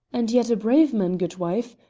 and yet a brave man, goodwife,